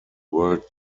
world